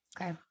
okay